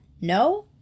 No